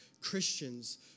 Christians